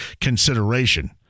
consideration